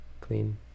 clean